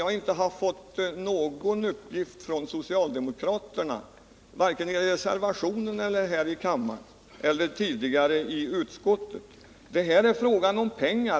Jag har inte fått någon uppgift från socialdemokraterna om hur man skall få fram dem, vare sig i reservationen, tidigare i utskottet eller här i kammaren.